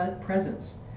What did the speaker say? presence